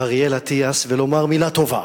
אריאל אטיאס ולומר מלה טובה.